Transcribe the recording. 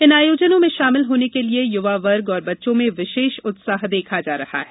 इन आयोजनों में शामिल होने के लिये युवा वर्ग और बच्चों में विशेष उत्साह देखा जा रहा है